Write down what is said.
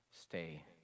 stay